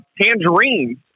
tangerines